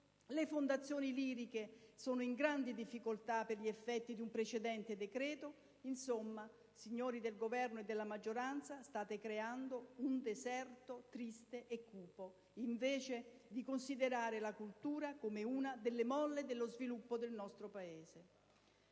Le fondazioni liriche si trovano in gravi difficoltà per gli effetti della conversione di un precedente decreto-legge. Insomma, signori del Governo e della maggioranza, state creando un deserto triste e cupo invece di considerare la cultura come una delle molle dello sviluppo del nostro Paese.